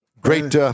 Great